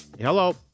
Hello